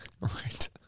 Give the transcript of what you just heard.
Right